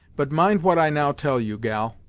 but mind what i now tell you, gal,